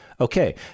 Okay